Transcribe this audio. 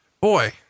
boy